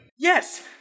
Yes